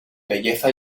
belleza